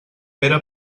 pere